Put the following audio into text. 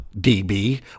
DB